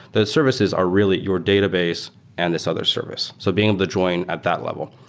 that services are really your database and this other service. so being able to join at that level.